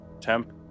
temp